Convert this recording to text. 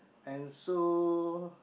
and so